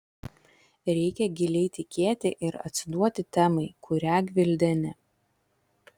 reikia giliai tikėti ir atsiduoti temai kurią gvildeni